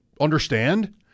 understand